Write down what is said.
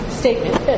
statement